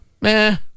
Meh